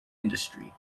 industry